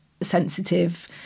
sensitive